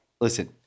listen